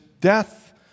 death